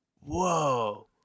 whoa